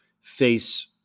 face